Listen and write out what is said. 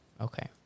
Okay